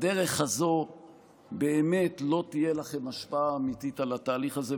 בדרך הזו באמת לא תהיה לכם השפעה אמיתית על התהליך הזה,